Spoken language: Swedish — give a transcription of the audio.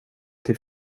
till